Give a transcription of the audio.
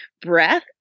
breath